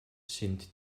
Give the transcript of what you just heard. sind